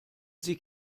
sie